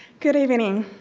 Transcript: good evening,